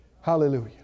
Hallelujah